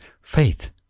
faith